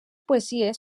poesies